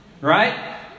Right